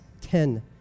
ten